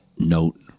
note